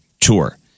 tour